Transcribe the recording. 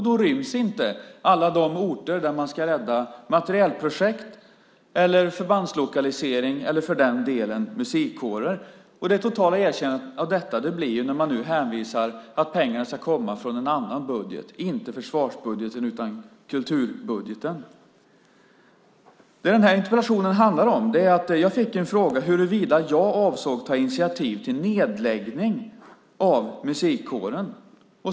Då ryms inte alla de orter där man ska rädda materielprojekt, förbandslokalisering eller för den delen musikkårer. Det totala erkännandet av detta kommer när man nu hänvisar till att pengarna ska komma från en annan budget - inte försvarsbudgeten utan kulturbudgeten. Interpellationen handlar om att jag fick en fråga om huruvida jag avsåg att ta initiativ till nedläggning av musikkåren.